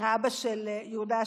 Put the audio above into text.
האבא של יהודה,